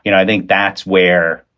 you know i think that's where,